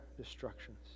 destructions